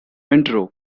intro